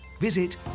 visit